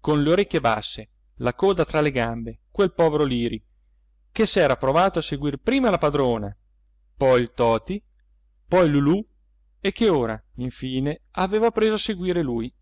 con le orecchie basse la coda tra le gambe quel povero liri che s'era provato a seguir prima la padrona poi il toti poi lulù e che ora infine aveva preso a seguir lui